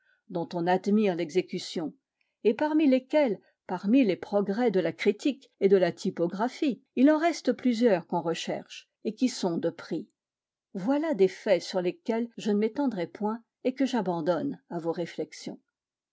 dont on admire l'exécution et parmi lesquelles malgré les progrès de la critique et de la typographie il en reste plusieurs qu'on recherche et qui sont de prix voilà des faits sur lesquels je ne m'étendrai point et que j'abandonne à vos réflexions